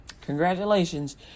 Congratulations